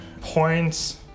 points